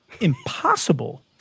impossible